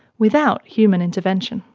without human intervention.